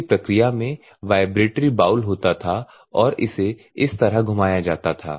पिछली प्रक्रिया में वाइब्रेटरी बाउल होता था और इसे इस तरह घुमाया जाता था